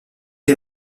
est